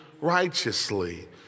righteously